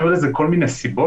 היו לזה כל מיני סיבות,